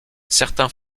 certains